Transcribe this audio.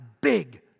big